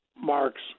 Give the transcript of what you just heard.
marks